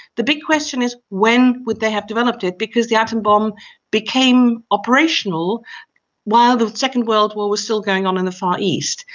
the big question is when would they have developed it, because the atom bomb became operational while the second world war were still going on in the far east.